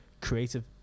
creative